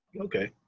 Okay